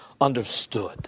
understood